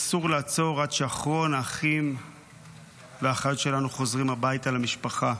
אסור לעצור עד שאחרון האחים והאחיות שלנו חוזרים הביתה למשפחה.